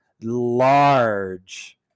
large